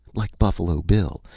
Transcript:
like buffalo bill,